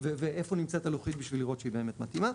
ואיפה נמצאת הלוחית בשביל לראות שהיא באמת מתאימה.